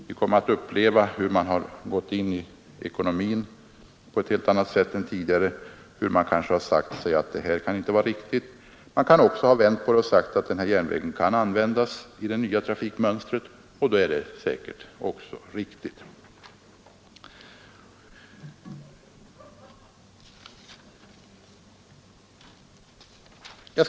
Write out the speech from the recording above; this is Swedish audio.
Då kommer vi att uppleva hur man på ett helt annat sätt än tidigare har gått in i de ekonomiska frågorna och hur man kanske kommit fram till att det kan inte vara riktigt att här satsa på fortsatt järnvägsdrift. Eller man kan vända på saken och säga att denna järnväg kan användas i det nya trafikmönstret — och då är det säkert också riktigt. Herr talman!